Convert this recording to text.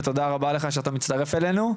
ותודה רבה לך שאתה מצטרף אלינו.